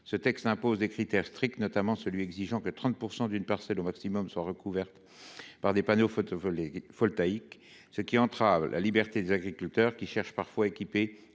Ce texte impose des critères stricts, notamment celui selon lequel 30 % d’une parcelle au maximum doivent être recouverts par des panneaux photovoltaïques, ce qui entrave la liberté des agriculteurs, lesquels cherchent parfois à équiper